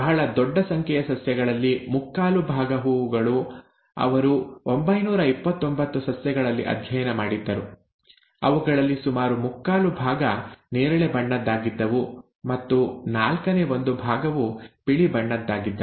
ಬಹಳ ದೊಡ್ಡ ಸಂಖ್ಯೆಯ ಸಸ್ಯಗಳಲ್ಲಿ ಮುಕ್ಕಾಲು ಭಾಗ ಹೂವುಗಳು ಅವರು 929 ಸಸ್ಯಗಳಲ್ಲಿ ಅಧ್ಯಯನ ಮಾಡಿದ್ದರು ಅವುಗಳಲ್ಲಿ ಸುಮಾರು ಮುಕ್ಕಾಲು ಭಾಗ ನೇರಳೆ ಬಣ್ಣದ್ದಾಗಿದ್ದವು ಮತ್ತು ನಾಲ್ಕನೇ ಒಂದು ಭಾಗವು ಬಿಳಿ ಬಣ್ಣದ್ದಾಗಿದ್ದವು